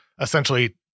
essentially